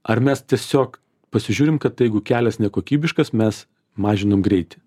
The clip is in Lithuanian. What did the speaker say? ar mes tiesiog pasižiūrim kad jeigu kelias nekokybiškas mes mažinam greitį